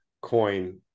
coin